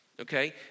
okay